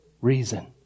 reason